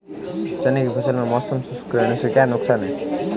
चने की फसल में मौसम शुष्क रहने से क्या नुकसान है?